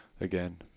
again